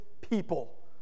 people